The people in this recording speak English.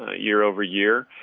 ah year over year.